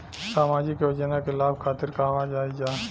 सामाजिक योजना के लाभ खातिर कहवा जाई जा?